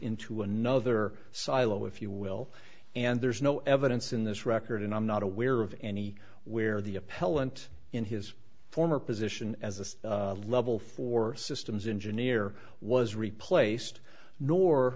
into another silo if you will and there is no evidence in this record and i'm not aware of any where the appellant in his former position as a level four systems engineer was replaced nor